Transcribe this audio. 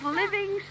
living